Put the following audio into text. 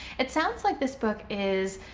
it sounds like this book is.